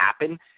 happen